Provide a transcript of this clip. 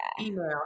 email